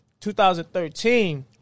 2013